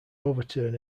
overturn